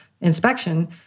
inspection